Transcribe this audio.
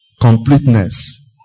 completeness